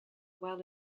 well